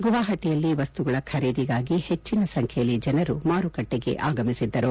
ಗುವಾಹಟಯಲ್ಲಿ ವಸ್ತುಗಳ ಖರೀದಿಗಾಗಿ ಹೆಚ್ಚನ ಸಂಖ್ಯೆಯಲ್ಲಿ ಜನರು ಮಾರುಕಟ್ಟೆಗೆ ಆಗಮಿಸಿದ್ದರು